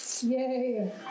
yay